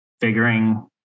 figuring